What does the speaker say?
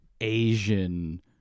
asian